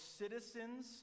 citizens